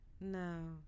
No